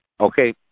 Okay